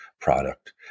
product